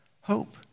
hope